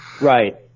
right